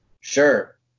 Sure